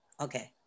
Okay